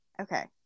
okay